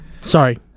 Sorry